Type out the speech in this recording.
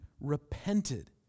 repented